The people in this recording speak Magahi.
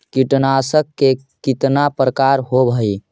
कीटनाशक के कितना प्रकार होव हइ?